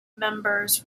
members